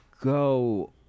go